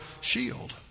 shield